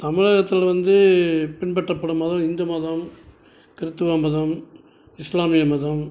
தமிழகத்தில் வந்து பின்பற்றப்படும் மதம் இந்து மதம் கிறிஸ்துவ மதம் இஸ்லாமிய மதம்